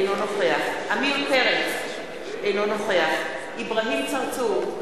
אינו נוכח עמיר פרץ, אינו נוכח אברהים צרצור,